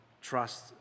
trust